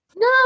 No